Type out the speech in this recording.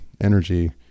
energy